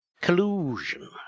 Collusion